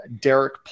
Derek